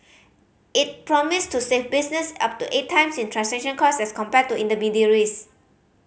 it promise to save business up to eight times in transaction cost as compared to intermediaries